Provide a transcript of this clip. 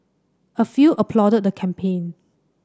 a few applauded the campaign